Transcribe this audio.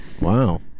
Wow